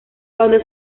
cuando